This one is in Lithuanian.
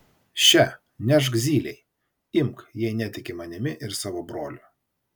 še nešk zylei imk jei netiki manimi ir savo broliu